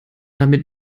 damit